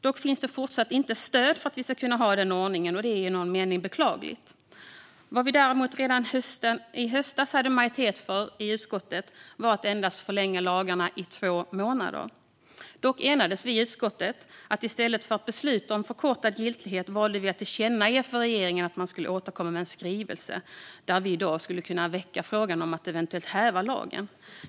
Dock finns det fortsatt inte stöd för att vi ska ha den ordningen, och det är i någon mening beklagligt. Vad vi däremot redan i höstas hade majoritet för i utskottet var att endast förlänga lagarna med två månader. Dock enades vi i utskottet om att i stället för att besluta om förkortad giltighet tillkännage för regeringen att den skulle återkomma med en skrivelse för att vi i dag skulle kunna väcka frågan om att eventuellt kunna häva lagen.